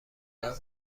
بودم